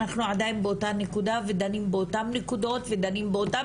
אנחנו עדיין באותה נקודה ודנים באותם נקודות ודנים באותם